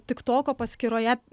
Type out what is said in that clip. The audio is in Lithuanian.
tiktoko paskyroje